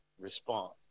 response